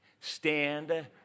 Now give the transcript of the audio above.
Stand